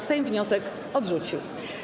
Sejm wniosek odrzucił.